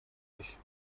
ich